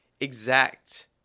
exact